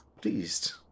pleased